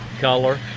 color